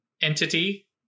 entity